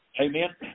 Amen